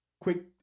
Quick